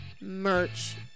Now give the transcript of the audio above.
merch